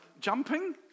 jumping